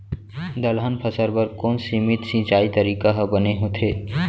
दलहन फसल बर कोन सीमित सिंचाई तरीका ह बने होथे?